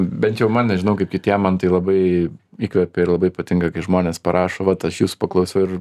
bent jau man nežinau kaip kitiem man tai labai įkvepia ir labai patinka kai žmonės parašo vat aš jus paklausiau ir